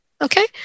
Okay